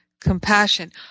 compassion